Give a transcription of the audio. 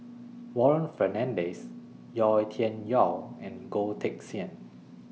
Warren Fernandez Yau Tian Yau and Goh Teck Sian